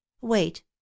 wait